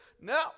No